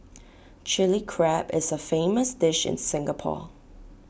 Chilli Crab is A famous dish in Singapore